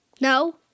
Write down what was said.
No